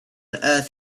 earth